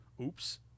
Oops